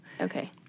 Okay